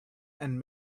and